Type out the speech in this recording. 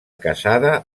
casada